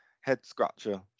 head-scratcher